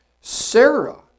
Sarah